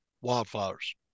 Wildflowers